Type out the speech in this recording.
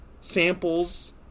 samples